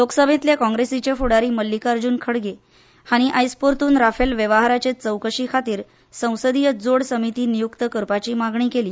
लोकसभेंतले काँग्रेसीचे फुडारी मल्लिकार्जुन खरगे हांणी आयज परतून राफेल वेव्हाराचे चवकशी खातीर संसदीय जोडसमिती नेमची अशी मागणी केली